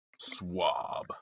Swab